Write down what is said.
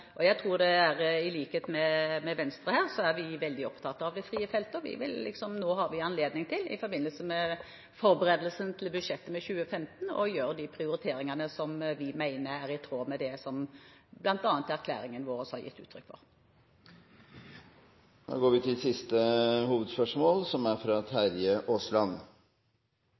frie feltet. Nå har vi i forbindelse med forberedelsen til budsjettet for 2015 anledning til å gjøre de prioriteringene som vi mener er i tråd med det som bl.a. erklæringen vår har gitt uttrykk for. Vi går til siste hovedspørsmål.